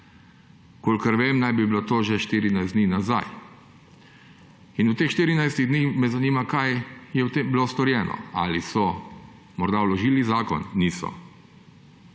Kolikor vem, naj bi bilo to že 14 dni nazaj in v teh 14 dneh me zanima, kaj je o tem bilo storjeno. Ali so morda vložili zakon? Niso.